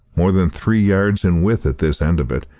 more than three yards in width at this end of it.